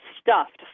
stuffed